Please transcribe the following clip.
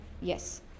Yes